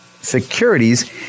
securities